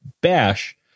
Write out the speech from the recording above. bash